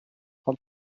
their